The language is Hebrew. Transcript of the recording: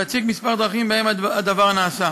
ואציג כמה דרכים שבהן הדבר נעשה: